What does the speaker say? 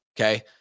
okay